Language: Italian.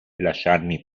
lasciarmi